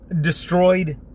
destroyed